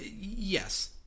Yes